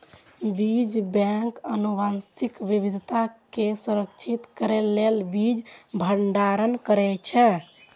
बीज बैंक आनुवंशिक विविधता कें संरक्षित करै लेल बीज भंडारण करै छै